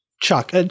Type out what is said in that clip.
Chuck